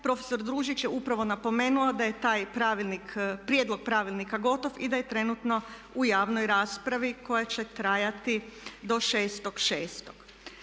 Prof. Družić je upravo napomenuo da je taj pravilnik, prijedlog pravilnika gotov i da je trenutno u javnoj raspravi koja će trajati do 6.6.